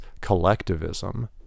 collectivism